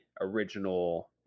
original